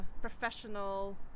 professional